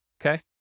Okay